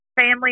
family